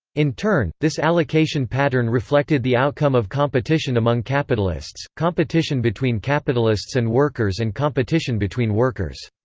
in turn, this allocation pattern reflected the outcome of competition among capitalists, competition between capitalists and workers and competition between workers.